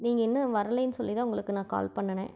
நீங்கள் இன்னும் வரலேன்னு சொல்லி தான் உங்களுக்கு நான் கால் பண்ணினேன்